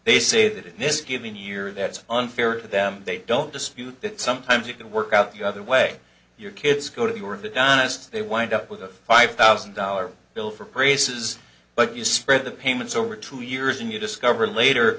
they say that in this given year that it's unfair to them they don't dispute that sometimes you can work out the other way your kids go to your of adonis they wind up with a five thousand dollars bill for braces but you spread the payments over two years and you discover later